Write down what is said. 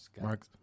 Mark